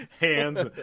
hands